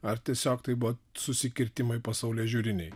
ar tiesiog tai buvo susikirtimai pasaulėžiūriniai